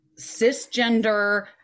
cisgender